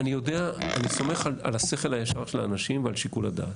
אני סומך על השכל הישר של האנשים ועל שיקול הדעת.